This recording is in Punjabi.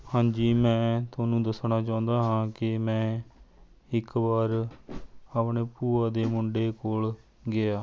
ਹਾਂਜੀ ਮੈਂ ਤੁਹਾਨੂੰ ਦੱਸਣਾ ਚਾਹੁੰਦਾ ਹਾਂ ਕਿ ਮੈਂ ਇੱਕ ਵਾਰ ਆਪਣੇ ਭੂਆ ਦੇ ਮੁੰਡੇ ਕੋਲ ਗਿਆ